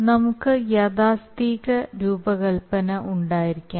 നമുക്ക് യാഥാസ്ഥിതിക രൂപകൽപ്പന ഉണ്ടായിരിക്കണം